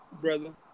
brother